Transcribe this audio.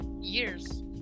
years